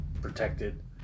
protected